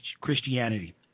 Christianity